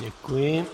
Děkuji.